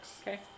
Okay